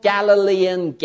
Galilean